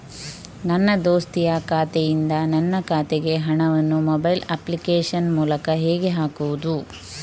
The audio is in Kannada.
ನನ್ನ ದೋಸ್ತಿಯ ಖಾತೆಯಿಂದ ನನ್ನ ಖಾತೆಗೆ ಹಣವನ್ನು ಮೊಬೈಲ್ ಅಪ್ಲಿಕೇಶನ್ ಮೂಲಕ ಹೇಗೆ ಹಾಕುವುದು?